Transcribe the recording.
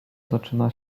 zaczyna